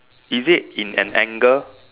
is it in an angle